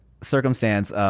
circumstance